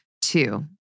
two